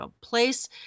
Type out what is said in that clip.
place